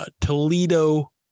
Toledo